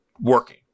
working